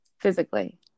Physically